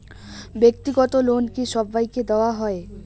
ব্যাক্তিগত লোন কি সবাইকে দেওয়া হয়?